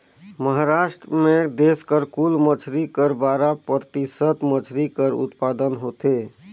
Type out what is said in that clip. महारास्ट में देस कर कुल मछरी कर बारा परतिसत मछरी कर उत्पादन होथे